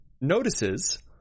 notices